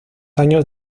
años